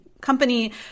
company